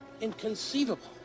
Inconceivable